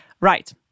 Right